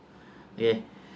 okay